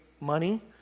money